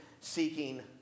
seeking